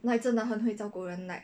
like 真的很会照顾人 like